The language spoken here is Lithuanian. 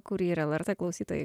kur yra lrt klausytojai